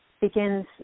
begins